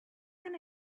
can